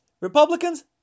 Republicans